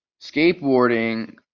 skateboarding